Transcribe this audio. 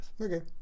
Okay